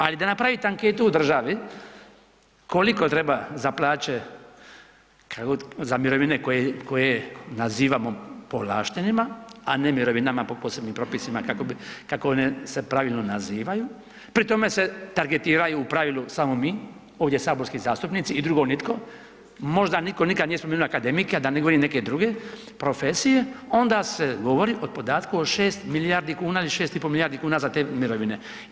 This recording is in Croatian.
Ali da napravite anketu u državi koliko treba za mirovine koje nazivamo povlaštenima, a ne mirovinama po posebnim propisima kako se one pravilno nazivaju, pri tome se targetiraju u pravilu samo mi ovdje saborski zastupnici i drugo nitko, možda niko nikada nije spomenuo akademike, a da ne govorim neke druge profesije, onda se govori o podatku od 6 milijardi kuna ili 6,5 milijardi kuna za te mirovine.